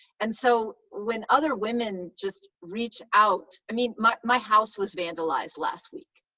and so when other women just reach out i mean, my my house was vandalized last week.